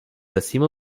acima